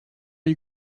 you